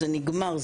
זה נגמר.